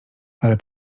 ale